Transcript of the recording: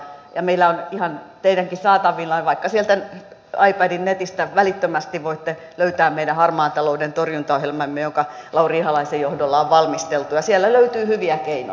meillä on ihan teidänkin saatavillanne vaikka sieltä ipadin netistä välittömästi voitte löytää meidän harmaan talouden torjuntaohjelmamme joka lauri ihalaisen johdolla on valmisteltu ja siellä löytyy hyviä keinoja